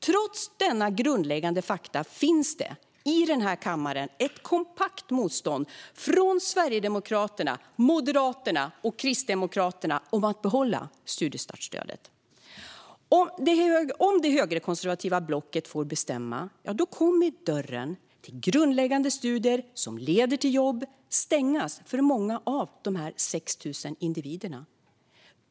Trots dessa grundläggande fakta finns det i den här kammaren ett kompakt motstånd från Sverigedemokraterna, Moderaterna och Kristdemokraterna mot att behålla studiestartsstödet. Om det högerkonservativa blocket får bestämma kommer dörren till grundläggande studier som leder till jobb att stängas för många av dessa 6 000 individer.